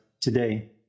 today